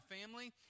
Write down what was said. family